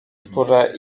które